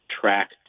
track